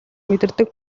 мэдэрдэг